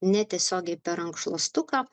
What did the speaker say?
netiesiogiai per rankšluostuką